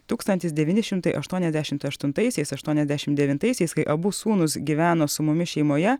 tūkstantis devyni šimtai aštuoniasdešimt aštuntaisiais aštuoniasdešim devintaisiais kai abu sūnūs gyveno su mumis šeimoje